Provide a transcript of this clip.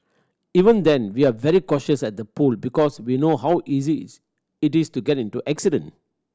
even then we're very cautious at the pool because we know how easy is it is to get into an accident